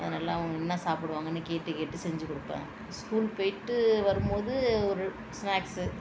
அதனால அவங்க என்னா சாப்பிடுவாங்கனு கேட்டு கேட்டு செஞ்சி கொடுப்பேன் ஸ்கூல் போய்ட்டு வரும் போது ஒரு ஸ்னாக்ஸ்